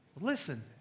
Listen